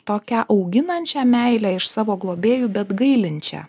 tokią auginančią meilę iš savo globėjų bet gailinčią